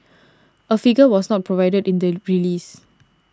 a figure was not provided in the release